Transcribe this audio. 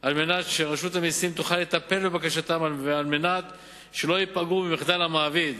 על מנת שרשות המסים תוכל לטפל בבקשתם והם לא ייפגעו ממחדל המעביד.